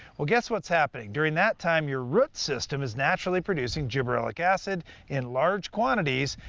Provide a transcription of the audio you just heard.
well guess what's happening. during that time, your root system is naturally producing gibberellic acid in large quantities,